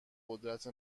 قدرت